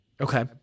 Okay